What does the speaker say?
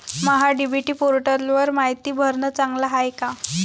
महा DBT पोर्टलवर मायती भरनं चांगलं हाये का?